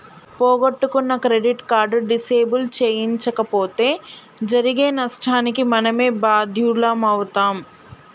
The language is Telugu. పోగొట్టుకున్న క్రెడిట్ కార్డు డిసేబుల్ చేయించకపోతే జరిగే నష్టానికి మనమే బాధ్యులమవుతం